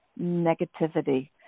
negativity